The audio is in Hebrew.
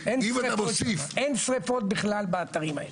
אין שרפות בכלל באתרים האלה.